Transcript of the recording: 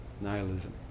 nihilism